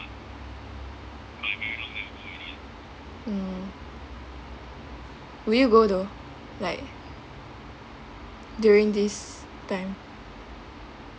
mm will you go though like during these time